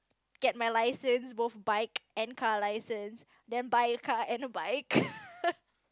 get my license both bike and car license then buy a car and a bike